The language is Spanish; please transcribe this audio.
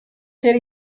ser